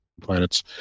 planets